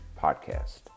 podcast